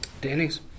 Danny's